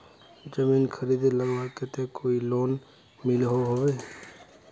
जमीन खरीद लगवार केते कोई लोन मिलोहो होबे?